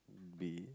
be